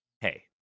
Hey